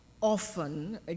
often